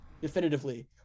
definitively